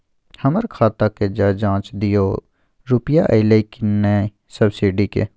हमर खाता के ज जॉंच दियो रुपिया अइलै की नय सब्सिडी के?